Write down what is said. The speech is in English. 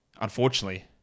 unfortunately